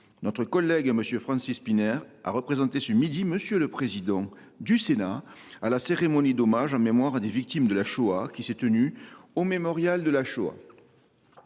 Notre collègue Francis Szpiner a représenté ce midi M le président du Sénat à la cérémonie d’hommage en mémoire des victimes de la Shoah qui s’est tenue au mémorial de la Shoah.